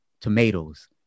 tomatoes